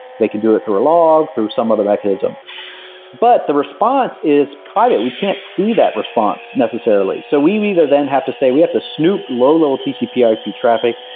they can do it through a log, through some other mechanism but the response is private. we can't see that response necessarily, so we we either then have to say we have to snoop low level tcp ah ip traffic,